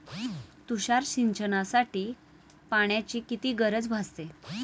तुषार सिंचनासाठी पाण्याची किती गरज भासते?